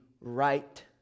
right